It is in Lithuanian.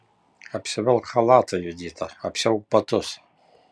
apsivilk chalatą judita apsiauk batus